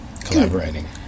Collaborating